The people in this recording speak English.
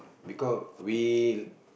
because we